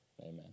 Amen